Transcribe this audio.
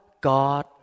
God